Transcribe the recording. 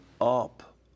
up